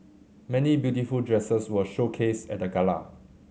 many beautiful dresses were showcased at the gala